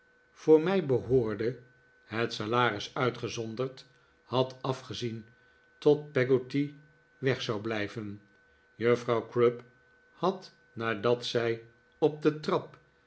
voor mij behoorde het salaris uitgezonderd had afgezien tot peggotty weg zou blijven juffrouw crupp had nadat zij op de trap